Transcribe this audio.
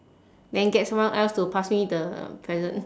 then get someone else to pass me the present